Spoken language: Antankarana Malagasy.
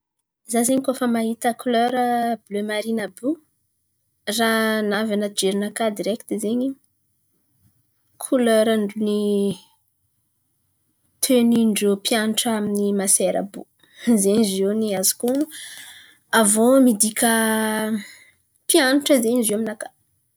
Za zen̈y koa fa mahita kolera bile marìny àby io, raha navy an̈aty jerinakà direkty zen̈y kolerany tenìn-drô mpianatra amin'ny masera àby io. Zen̈y ziô ny azoko onon̈o. Aviô midika mpianatra zen̈y zio aminakà.